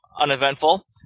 uneventful